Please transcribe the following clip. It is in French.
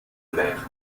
mères